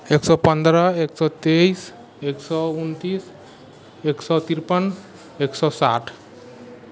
एक सए पन्द्रह एक सए तेइस एक सए उनतीस एक सए तिरपन एक सए साठि